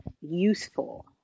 useful